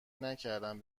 نکردم